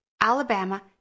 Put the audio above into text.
Alabama